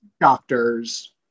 doctors